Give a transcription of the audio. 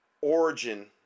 origin